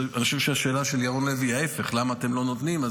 אני חושב שהשאלה של ירון לוי היא ההפך: למה אתם לא נותנים?